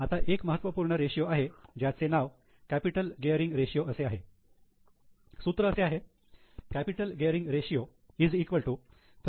आता एक महत्वपूर्ण रेषीयो आहे ज्याचे नाव कॅपिटल गियरींग रेषीयो असे आहे